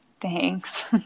Thanks